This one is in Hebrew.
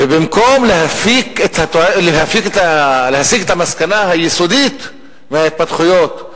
במקום להסיק את המסקנה היסודית מההתפתחויות,